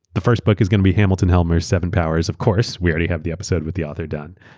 the first book is going to be hamilton helmeraeurs seven powers. of course, we already have the episode with the author done.